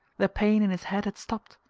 the pain in his head had stopped,